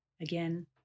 again